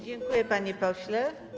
Dziękuję, panie pośle.